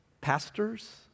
pastors